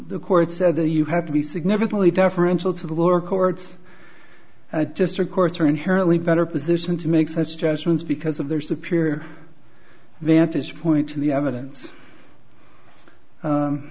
the court said that you have to be significantly differential to the law records just records are inherently better position to make such judgments because of their superior vantage point to the evidence